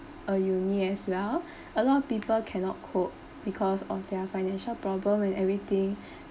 a uni as well a lot of people cannot cope because of their financial problem and everything